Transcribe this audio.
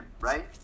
right